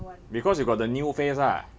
because you got the new face ah